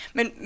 Men